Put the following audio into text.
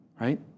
right